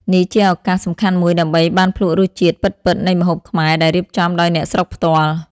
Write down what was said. នេះជាឱកាសសំខាន់មូយដើម្បីបានភ្លក្សរសជាតិពិតៗនៃម្ហូបខ្មែរដែលរៀបចំដោយអ្នកស្រុកផ្ទាល់ ។